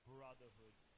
Brotherhood